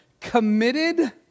committed